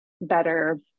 better